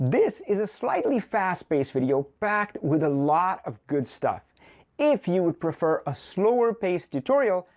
this is a slightly fast-paced video, packed with a lot of good stuff if you'd prefer a slower-paced tutorial,